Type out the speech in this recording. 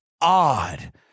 odd